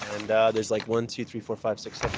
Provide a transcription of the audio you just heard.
and there's like one, two, three, four, five, six,